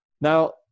Now